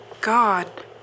God